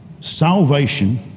salvation